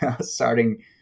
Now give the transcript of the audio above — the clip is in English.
starting